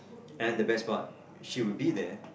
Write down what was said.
and the best part she would be there